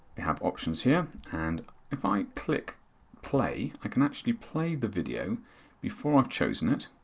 i have options here. and if i click play, i can actually play the video before i have chosen it